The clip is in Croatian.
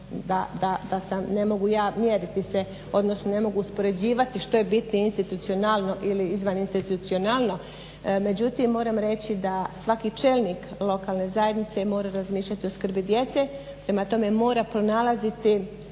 da ne mogu ja mjeriti se odnosno ne mogu uspoređivati što je bitno institucionalno ili izvan institucionalno. Međutim moram reći da svaki čelnik lokalne zajednice mora razmišljati o skrbi djece. Prema tome mora pronalaziti